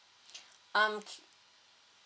um